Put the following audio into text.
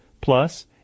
Plus